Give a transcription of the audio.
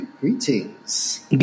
Greetings